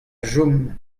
chom